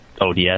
ODS